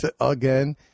again